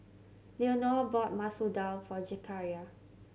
Leonor bought Masoor Dal for Zechariah